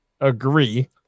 agree